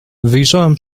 wyjrzałem